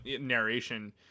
Narration